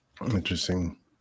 Interesting